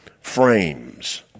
frames